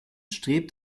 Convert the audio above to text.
strebt